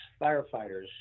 firefighters